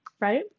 Right